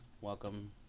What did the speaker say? welcome